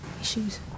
issues